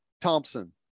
Thompson